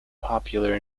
popular